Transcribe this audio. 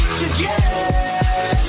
together